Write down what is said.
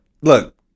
look